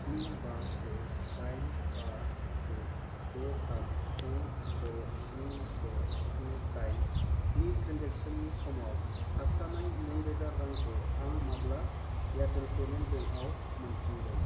स्नि बा से दाइन बा से द' थाम गु द' स्नि से स्नि दाइननि ट्रेनजेक्स'ननि समाव थाबथानाय नैरोजा रांखौ आं माब्ला एयारटेल पेमेन्ट बेंकआव मोनफिनगोन